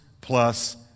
plus